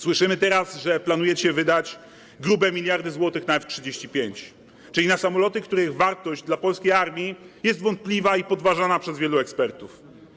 Słyszymy teraz, że planujecie wydać grube miliardy złotych na F-35, czyli na samoloty, których wartość dla polskiej armii jest wątpliwa i podważana przez wielu ekspertów.